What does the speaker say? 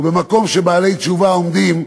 ובמקום שבעלי תשובה עומדים,